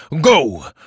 Go